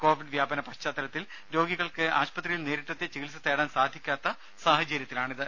Covid വ്യാപന പശ്ചാത്തലത്തിൽ രോഗികൾക്ക് ആശുപത്രിയിൽ നേരിട്ടെത്തി ചികിത്സ തേടാൻ സാധിക്കാത്ത സാഹചര്യത്തിലാണിത്